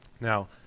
Now